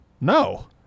no